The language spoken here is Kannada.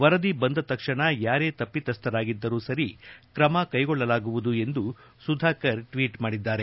ವರದಿ ಬಂದ ತಕ್ಷಣ ಯಾರೇ ತಪಿತಸ್ಣರಾಗಿದ್ದರೂ ಸರಿ ಕ್ರಮ ಕೈಗೊಳ್ಳಲಾಗುವುದು ಎಂದು ಸುಧಾಕರ್ ಟ್ವೀಟ್ ಮಾಡಿದ್ದಾರೆ